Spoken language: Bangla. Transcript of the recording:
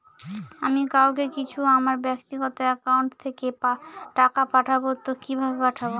আমি কাউকে কিছু আমার ব্যাক্তিগত একাউন্ট থেকে টাকা পাঠাবো তো কিভাবে পাঠাবো?